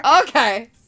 Okay